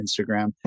Instagram